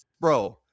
bro